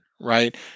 right